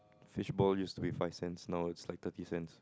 fishball used to be five cents now it's like thirty cents